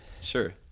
Sure